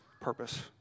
purpose